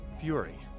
fury